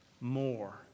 more